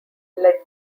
led